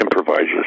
improvisers